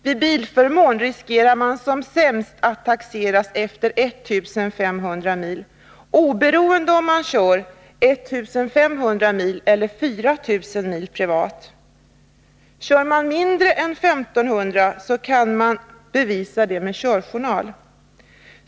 Med bilförmån riskerar man som sämst att taxeras efter 1500 mil oberoende av om man kör 1 500 mil eller 4 000 mil privat. Kör man mindre än 1 500 mil, kan man bevisa det med en körjournal.